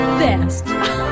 best